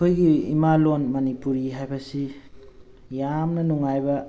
ꯑꯩꯈꯣꯏꯒꯤ ꯏꯃꯥ ꯂꯣꯟ ꯃꯅꯤꯄꯨꯔꯤ ꯍꯥꯏꯕꯁꯤ ꯌꯥꯝꯅ ꯅꯨꯡꯉꯥꯏꯕ